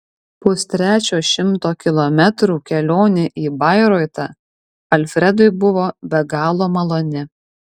pustrečio šimto kilometrų kelionė į bairoitą alfredui buvo be galo maloni